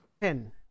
Ten